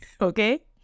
Okay